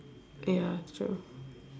ya true